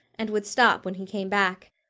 and would stop when he came back.